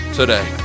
today